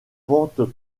pentes